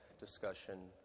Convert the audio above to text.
Discussion